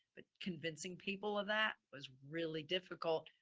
but convincing people of that was really difficult.